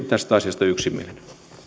tästä asiasta yksimielinen